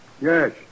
Yes